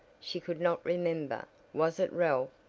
she could not remember was it ralph,